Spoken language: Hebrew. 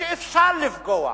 שאפשר לפגוע